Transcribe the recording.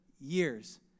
years